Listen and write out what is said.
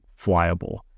flyable